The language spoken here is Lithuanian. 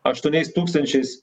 aštuoniais tūkstančiais